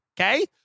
okay